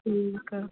ਠੀਕ ਹੈ